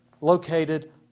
located